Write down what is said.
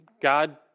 God